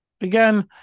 again